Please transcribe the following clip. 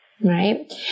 Right